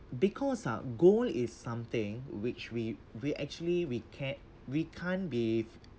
because ah gold is something which we we actually we ca~ we can't be